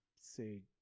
say